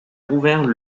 rouvert